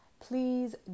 please